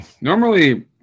Normally